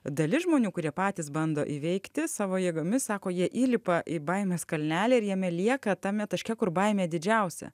dalis žmonių kurie patys bando įveikti savo jėgomis sako jie įlipa į baimės kalnelį ir jame lieka tame taške kur baimė didžiausia